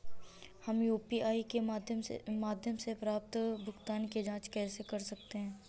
हम यू.पी.आई के माध्यम से प्राप्त भुगतान की जॉंच कैसे कर सकते हैं?